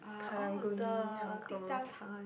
Karang-Guni uncles